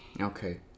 Okay